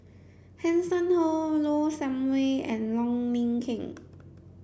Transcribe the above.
Hanson Ho Low Sanmay and Wong Lin Ken